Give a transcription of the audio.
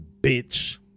bitch